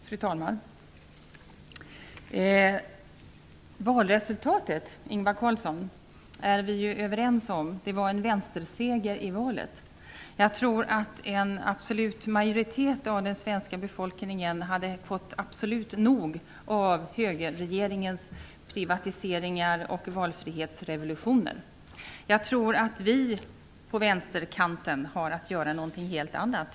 Fru talman! Valresultatet, Ingvar Carlsson, är vi överens om: Det var en vänsterseger i valet. Jag tror att en absolut majoritet av den svenska befolkningen hade fått nog av högerregeringens privatiseringar och valfrihetsrevolutioner. Jag tror att vi på vänsterkanten har att göra något helt annat.